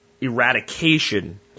eradication